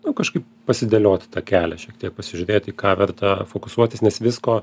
nu kažkaip pasidėlioti tą kelią šiek tiek pasižiūrėt į ką verta fokusuotis nes visko